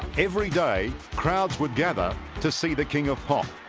everyday crowds would gather to see the king of pop